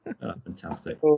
Fantastic